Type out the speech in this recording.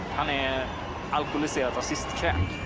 an alcoholic racist